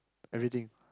everything